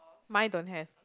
mine don't have